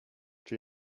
czy